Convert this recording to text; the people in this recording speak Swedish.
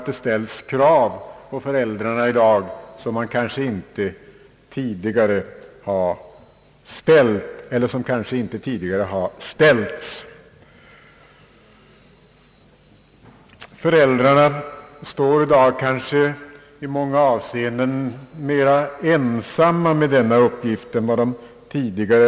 Det ställs krav på föräldrarna i dag som kanske inte tidigare har ställts. Föräldrarna är i dag i många avseenden mera ensamma med denna uppgift. än tidigare.